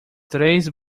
três